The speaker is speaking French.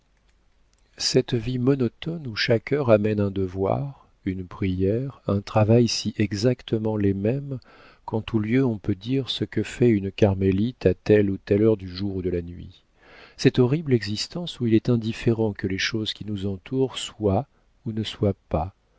cette vie monotone où chaque heure amène un devoir une prière un travail si exactement les mêmes qu'en tous lieux on peut dire ce que fait une carmélite à telle ou telle heure du jour ou de la nuit cette horrible existence où il est indifférent que les choses qui nous entourent soient ou ne soient pas